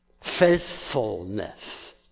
Faithfulness